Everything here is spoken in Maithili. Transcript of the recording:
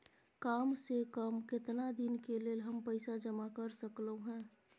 काम से कम केतना दिन के लेल हम पैसा जमा कर सकलौं हैं?